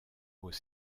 aux